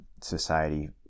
society